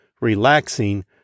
relaxing